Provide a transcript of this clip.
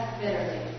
bitterly